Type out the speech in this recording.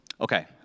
Okay